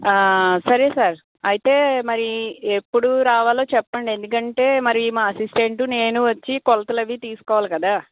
సరే సార్ అయితే మరి ఎప్పుడు రావాలో చెప్పండి ఎందుకంటే మరి మా అసిస్టెంట్ నేను వచ్చి కొలతలు అవీ తీసుకోవాలి కదా